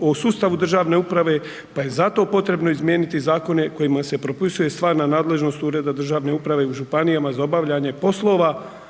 o sustavu državne uprave pa je zato potrebno izmijeniti zakone kojima se propisuje stvarna nadležnost ureda državne uprave u županijama za obavljanje poslova